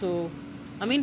so I mean